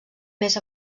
més